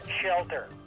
Shelter